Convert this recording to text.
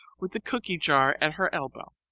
with the cookie jar at her elbow,